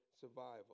survival